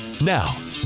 Now